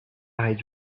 eyes